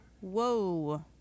Whoa